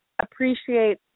appreciate